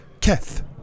Keth